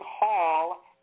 Hall